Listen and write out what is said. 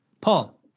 paul